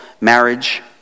marriage